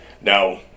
Now